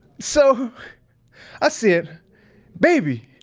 so i said, baby,